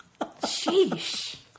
Sheesh